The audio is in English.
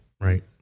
right